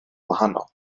wahanol